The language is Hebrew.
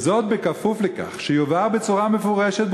וזאת בכפוף לכך שיובהר בצורה מפורשת,